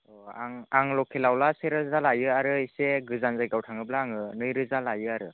आं आं लकेलआवब्ला से रोजा लायो आरो एसे गोजान जायगायाव थाङोब्ला आङो नै रोजा लायो आरो